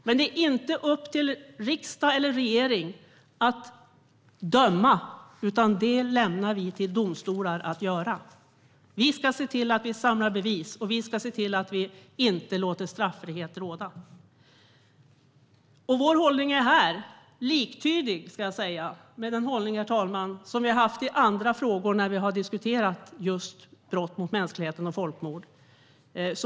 Men det är inte upp till riksdag eller regering att döma, utan det lämnar vi till domstolar att göra. Vi ska se till att vi samlar bevis och att vi inte låter straffrihet råda. Vår hållning är här liktydig med den hållning vi har haft i andra frågor när vi har diskuterat just brott mot mänskligheten och folkmord.